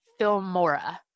Filmora